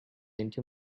into